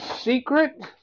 secret